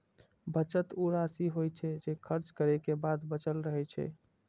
बचत ऊ राशि होइ छै, जे खर्च करै के बाद बचल रहै छै